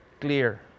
clear